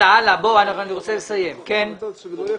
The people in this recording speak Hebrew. תמשיך.